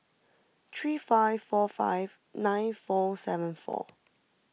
three five four five nine four seven four